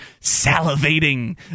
salivating